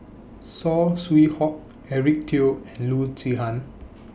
Saw Swee Hock Eric Teo and Loo Zihan